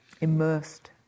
Immersed